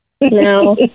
no